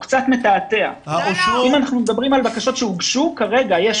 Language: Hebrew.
אם אנחנו מדברים על בקשות שהוגשו כרגע יש